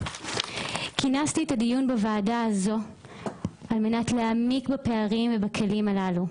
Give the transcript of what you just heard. כינסתי את הדיון בוועדה כזאת על מנת להעמיק בפערים ובכלים הללו,